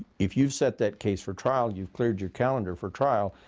if you've set that case for trial, you've cleared your calendar for trial.